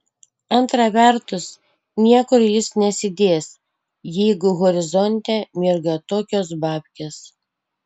antra vertus niekur jis nesidės jeigu horizonte mirga tokios babkės